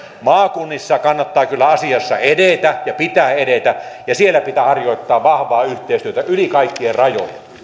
maakunnissa kannattaa kyllä asioissa edetä ja pitää edetä ja siellä pitää harjoittaa vahvaa yhteistyötä yli kaikkien rajojen